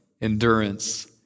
endurance